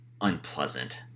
unpleasant